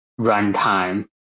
runtime